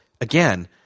again